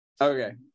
okay